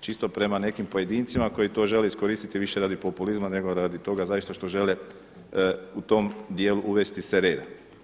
čisto prema nekim pojedincima koji to žele iskoristiti više radi populizma nego radi toga zaista što žele u tom dijelu uvesti se reda.